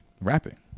Rapping